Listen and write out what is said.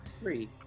Three